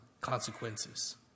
consequences